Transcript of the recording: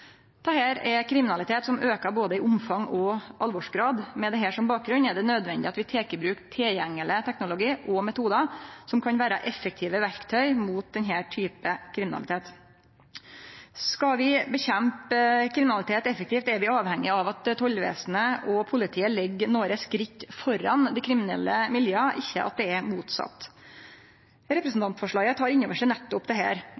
Dette er kriminalitet som aukar både i omfang og alvorsgrad. Med dette som bakgrunn er det nødvendig at vi tek i bruk tilgjengeleg teknologi og metodar som kan vere effektive verktøy mot denne typen kriminalitet. Skal vi kjempe mot kriminalitet effektivt, er vi avhengige av at tollvesenet og politiet ligg nokre skritt framfor dei kriminelle miljøa, ikkje at det er motsett.